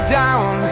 down